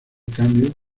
cambios